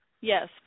yes